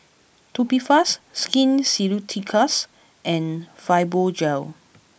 Tubifast Skin Ceuticals and Fibogel